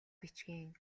бичгийн